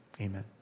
Amen